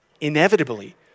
inevitably